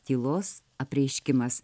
tylos apreiškimas